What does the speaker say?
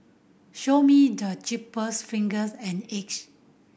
show me the cheapest fingers and Egypt